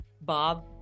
Bob